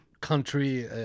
Country